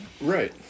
Right